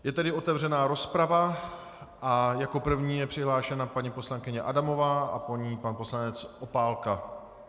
Je tedy otevřena rozprava a jako první je přihlášena paní poslankyně Adamová a po ní pan poslanec Opálka.